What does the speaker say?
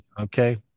Okay